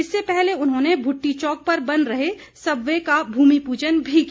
इससे पहले उन्होंने भूट्टी चौक पर बन रहे सब वे का भूमि पूजन भी किया